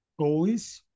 goalies